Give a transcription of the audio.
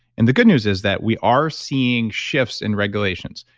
and the good news is that we are seeing shifts in regulations.